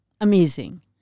amazing